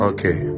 Okay